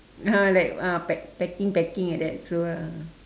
like ah pa~ packing packing like that so ah